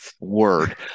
word